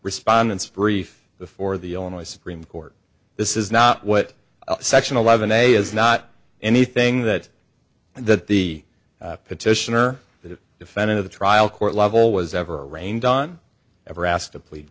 respondents brief before the illinois supreme court this is not what section eleven a is not anything that that the petitioner that defendant of the trial court level was ever arraigned on ever asked to plead